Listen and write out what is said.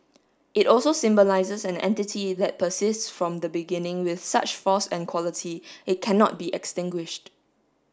it also symbolises an entity that persists from the beginning with such force and quality it cannot be extinguished